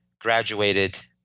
graduated